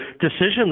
decision